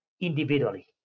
individually